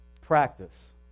Practice